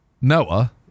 Noah